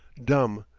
dumb,